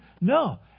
No